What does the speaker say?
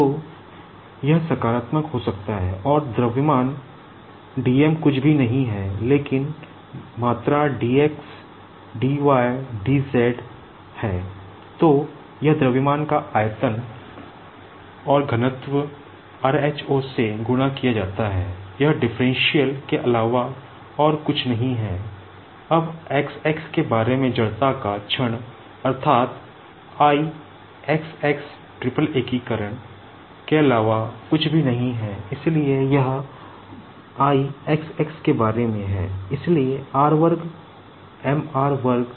तो यह सकारात्मक हो सकता है और डिफरेंसइल मास